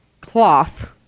cloth